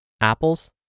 Apples